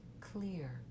clear